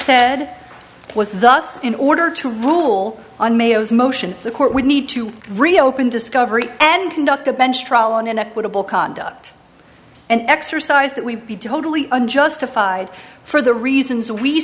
said was thus in order to rule on mayo's motion the court would need to reopen discovery and conduct a bench trial in an equitable conduct and exercise that we be totally unjustified for the reasons we